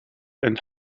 and